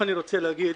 א', אני רוצה להגיד